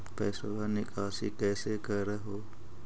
पैसवा निकासी कैसे कर हो?